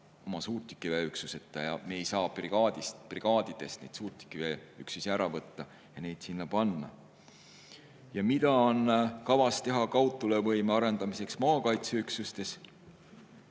oma suurtükiväeüksuseta. Me ei saa brigaadidest suurtükiväeüksusi ära võtta ja neid sinna panna. Mida on kavas teha kaudtulevõime arendamiseks maakaitseüksustes?